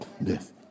Yes